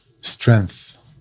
strength